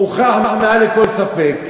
הוכח מעל לכל ספק,